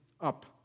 up